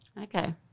okay